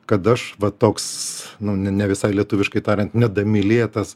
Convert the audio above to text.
kad aš va toks ne ne visai lietuviškai tariant nedamylėtas